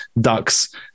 Duck's